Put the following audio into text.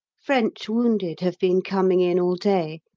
french wounded have been coming in all day.